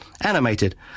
Animated